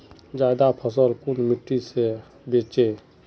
ज्यादा फसल कुन मिट्टी से बेचे?